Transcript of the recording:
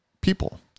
people